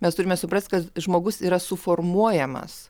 mes turime suprast kad žmogus yra suformuojamas